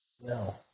No